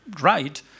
right